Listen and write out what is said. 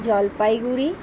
Jalpaiguri